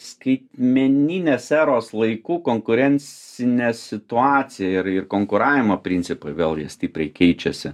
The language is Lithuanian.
skaitmeninės eros laikų konkurencinė situacija ir ir konkuravimo principai vėl jie stipriai keičiasi